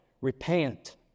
repent